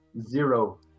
zero